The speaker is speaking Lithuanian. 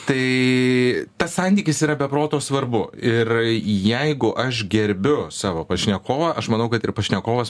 tai tas santykis yra be proto svarbu ir jeigu aš gerbiu savo pašnekovą aš manau kad ir pašnekovas